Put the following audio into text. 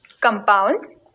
compounds